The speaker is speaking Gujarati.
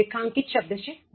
રેખાંકિત શબ્દ છે their 7